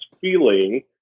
feeling